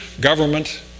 government